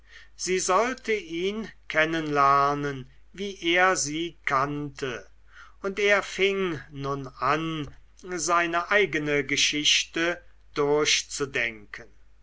sie sollte ihn kennen lernen wie er sie kannte und er fing nun an seine eigene geschichte durchzudenken